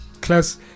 class